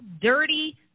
dirty